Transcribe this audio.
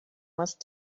must